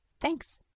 thanks